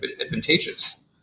advantageous